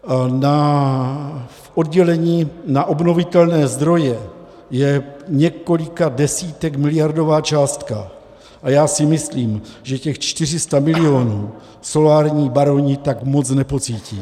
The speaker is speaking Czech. V oddělení na obnovitelné zdroje je několikadesítekmiliardová částka a já si myslím, že těch 400 mil. solární baroni tak moc nepocítí.